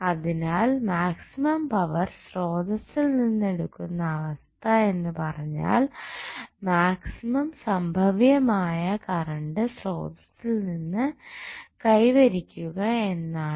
അതിനാൽ maximum power സ്രോതസ്സിൽ നിന്ന് എടുക്കുന്ന അവസ്ഥ എന്ന് പറഞ്ഞാൽ മാക്സിമം സംഭവ്യമായ കറണ്ട് സ്രോതസ്സിൽ നിന്ന് കൈവരിക്കുക എന്നാണ്